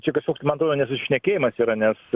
čia kažkoks man atrodo nesusišnekėjimas yra nes